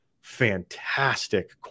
fantastic